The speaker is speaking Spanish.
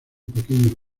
pequeños